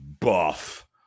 buff